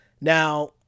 Now